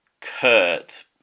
Kurt